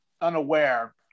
unaware